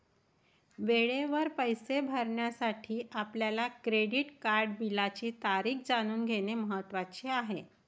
वेळेवर पैसे भरण्यासाठी आपल्या क्रेडिट कार्ड बिलाची तारीख जाणून घेणे महत्वाचे आहे